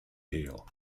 heel